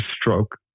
stroke